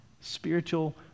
spiritual